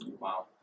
wow